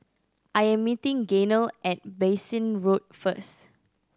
I am meeting Gaynell at Bassein Road first